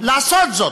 לעשות זאת,